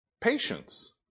Patience